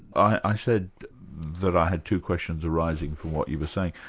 i said that i had two questions arising from what you were saying.